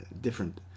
different